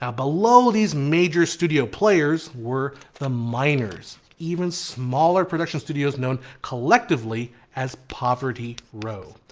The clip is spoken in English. ah below these major studio playors were the minors even smaller production studios known collectively as poverty row.